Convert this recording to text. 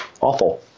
awful